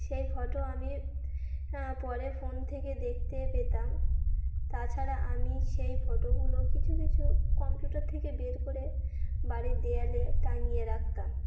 সেই ফটো আমি পরে ফোন থেকে দেখতে পেতাম তাছাড়া আমি সেই ফটোগুলো কিছু কিছু কম্পিউটার থেকে বের করে বাড়ির দেওয়ালে টাঙিয়ে রাখতাম